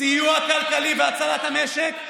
אתה תמשיך, סיוע כלכלי והצלת המשק,